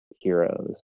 heroes